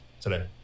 today